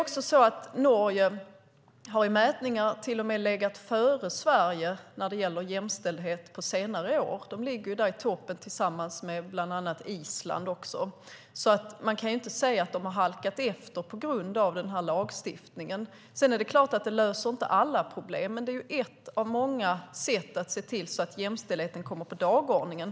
På senare år har Norge till och med legat före Sverige i mätningar när det gäller jämställdhet. De ligger i toppen tillsammans med bland annat Island. Man kan inte säga att de har halkat efter på grund av den här lagstiftningen. Det löser naturligtvis inte alla problem, men det är ett av många sätt att se till att jämställdheten kommer på dagordningen.